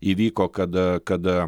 įvyko kada kada